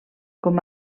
com